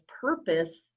purpose